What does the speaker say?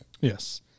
Yes